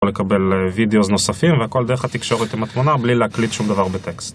יכול לקבל וידאו נוספים והכל דרך התקשורת עם התמונה בלי להקליד שום דבר בטקסט